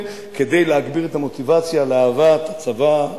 כדי להגביר את המוטיבציה לאהבת הצבא,